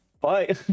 Bye